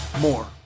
more